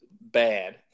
bad